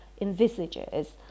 envisages